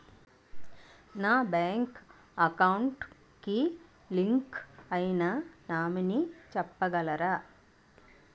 నా bank account కి link అయినా నామినీ చెప్పగలరా?